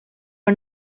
are